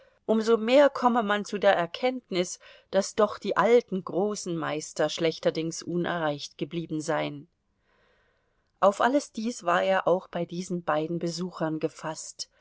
so mehr komme man zu der erkenntnis daß doch die alten großen meister schlechterdings unerreicht geblieben seien auf alles dies war er auch bei diesen beiden besuchern gefaßt